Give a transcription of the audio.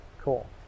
Cool